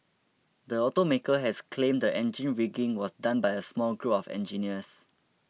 the automaker has claimed the engine rigging was done by a small group of engineers